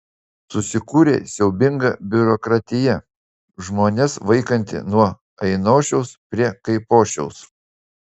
susikūrė siaubinga biurokratija žmones vaikanti nuo ainošiaus prie kaipošiaus